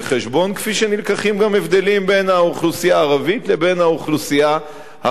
כפי שמובאים גם הבדלים בין האוכלוסייה הערבית לבין האוכלוסייה החרדית,